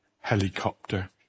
helicopter